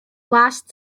last